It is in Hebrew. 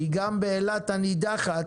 כי גם באילת הנידחת